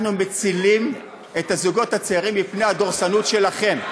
אנחנו מצילים את הזוגות הצעירים מפני הדורסנות שלכם.